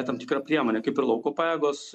tam tikrą priemonę kaip ir lauko pajėgos